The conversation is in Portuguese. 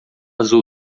azul